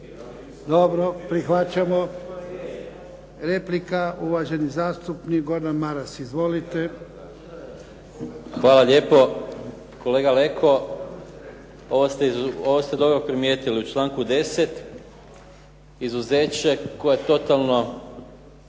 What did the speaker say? Dobro, prihvaćamo. Replika, uvaženi zastupnik Gordan Maras. Izvolite. **Maras, Gordan (SDP)** Hvala lijepo. Kolega Leko, ovo ste dobro primjetili u članku 10. izuzeće koje je totalno